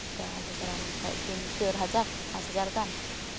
ᱚᱱᱠᱟ ᱞᱮ ᱪᱟᱞᱟᱣ ᱞᱮᱱᱠᱷᱟᱡ ᱛᱤᱱ ᱪᱟᱹᱨ ᱦᱟᱡᱟᱨ ᱯᱟᱸᱪ ᱦᱟᱡᱟᱨ ᱜᱟᱱ